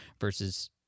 versus